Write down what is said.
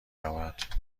یابد